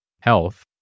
health